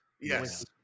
Yes